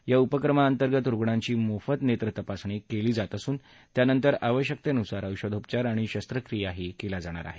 या उपक्रमांतर्गत रुग्णांची मोफत नेत्र तपासणी केली जात त्यानंतर आवश्यकतेनुसार औषधोपचार आणि शस्त्रक्रियाही केल्या जाणार आहेत